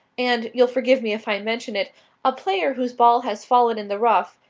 and you'll forgive me if i mention it a player whose ball has fallen in the rough,